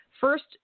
first